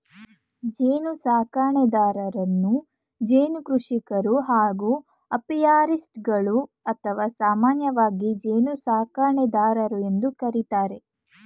ಜೇನುಸಾಕಣೆದಾರರನ್ನು ಜೇನು ಕೃಷಿಕರು ಹಾಗೂ ಅಪಿಯಾರಿಸ್ಟ್ಗಳು ಅಥವಾ ಸಾಮಾನ್ಯವಾಗಿ ಜೇನುಸಾಕಣೆದಾರರು ಎಂದು ಕರಿತಾರೆ